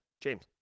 James